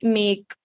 make